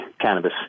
cannabis